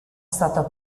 stata